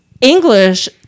English